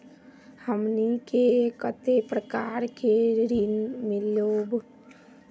हमनी के कते प्रकार के ऋण मीलोब?